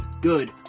good